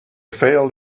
failed